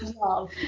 love